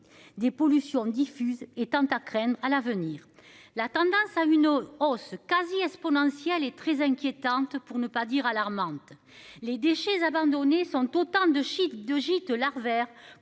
des pollutions diffuses. À l'avenir. La tendance à une autre hausse quasi exponentielle et très inquiétante pour ne pas dire alarmantes les déchets abandonnés sont autant de shit de gîtes larvaires